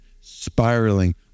spiraling